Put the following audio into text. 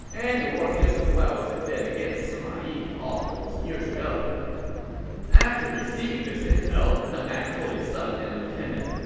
and it worked just as well as it did against sima yi all those years ago after receiving this intel, deng ai told his son and lieutenant,